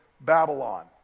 Babylon